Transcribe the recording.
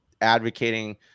advocating